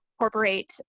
incorporate